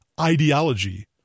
ideology